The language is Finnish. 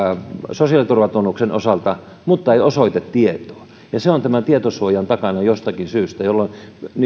sosiaaliturvatunnuksen osalta mutta ei osoitetietoa se on tämän tietosuojan takana jostakin syystä jolloin